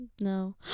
no